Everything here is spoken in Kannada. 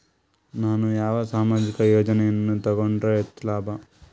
ನಾನು ಯಾವ ಸಾಮಾಜಿಕ ಯೋಜನೆಯನ್ನು ತಗೊಂಡರ ಹೆಚ್ಚು ಲಾಭ?